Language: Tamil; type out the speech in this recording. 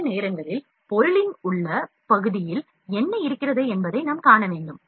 சில நேரங்களில் பொருளின் உள் பகுதியில் என்ன இருக்கிறது என்பதை நாம் காண வேண்டும்